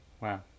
Wow